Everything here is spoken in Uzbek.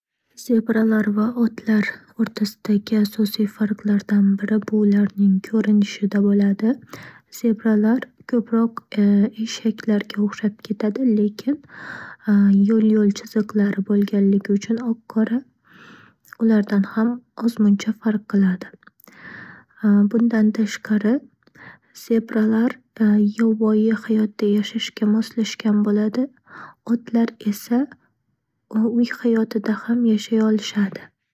Zebralar va otlar o'rtasidagi asosiy farqlardan biri bu ularning ko'rinishida bo'ladi. Zebralar ko'proq eshaklarga o'xshab ketadi, lekin yo'l-yo'l chiziqlari bo'lganligi uchun oq-qora ulardan ham oz-muncha farq qiladi. Bundan tashqari, zebralar yovvoyi hayotda yashashga moslashgan bo'ladi. Otlar esa uy hayotida ham yashay olishadi.